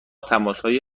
تماسهایی